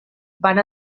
van